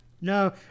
No